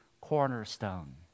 cornerstone